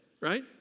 right